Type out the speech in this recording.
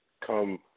come